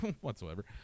whatsoever